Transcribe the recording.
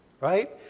right